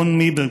רון מיברג,